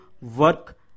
work